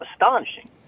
astonishing